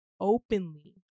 openly